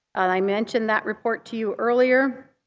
i mentioned that report to you earlier.